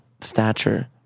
stature